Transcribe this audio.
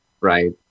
Right